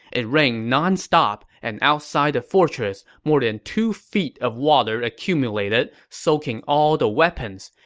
it rained nonstop, and outside the fortress, more than two feet of water accumulated, soaking all the weapons.